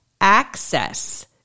access